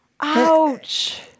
Ouch